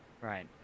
Right